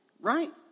right